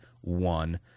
one